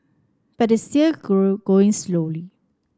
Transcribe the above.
but is still go going slowly